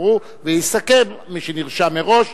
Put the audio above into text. ויסכם מי שנרשם מראש,